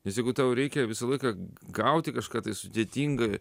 nes jeigu tau reikia visą laiką gauti kažką tai sudėtinga